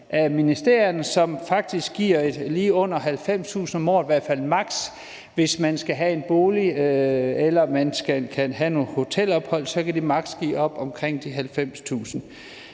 ministerierne, som faktisk giver lige under 90.000 kr. om året, i hvert fald maks. Hvis man skal have en bolig eller skal have nogle hotelophold, så kan de maks. give op omkring de 90.000